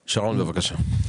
שרון, בבקשה.